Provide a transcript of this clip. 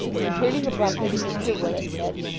and turning abruptly to mr willet, said,